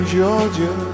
Georgia